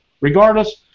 regardless